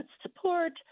support